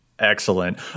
Excellent